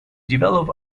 develop